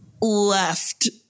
left